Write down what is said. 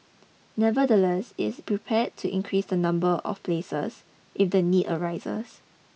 nevertheless it's prepare to increase the number of places if the need arises